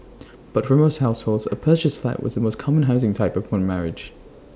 but for most households A purchased flat was the most common housing type upon marriage